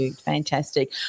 Fantastic